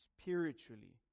spiritually